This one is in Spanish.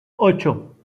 ocho